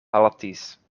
haltis